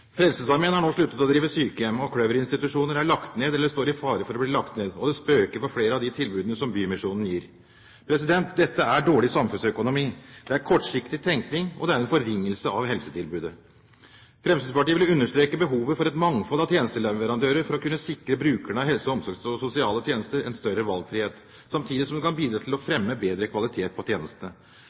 Frelsesarmeen har nå sluttet å drive sykehjem. Kløverinstitusjoner er lagt ned eller står i fare for å bli lagt ned. Det spøker for flere av de tilbudene Bymisjonen gir. Dette er dårlig samfunnsøkonomi, det er kortsiktig tenkning, og det er en forringelse av helsetilbudet. Fremskrittspartiet vil understreke behovet for et mangfold av tjenesteleverandører for å kunne sikre brukerne av helse-, omsorgs- og sosialtjenester en større valgfrihet, samtidig som det kan bidra til å fremme bedre kvalitet på tjenestene.